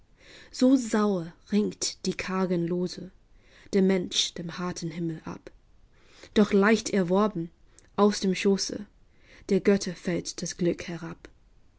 so sauer ringt die kargen lose der mensch dem harten himmel ab doch leicht erworben aus dem schoße der götter fällt das glück herab